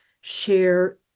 share